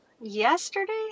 Yesterday